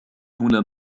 هنا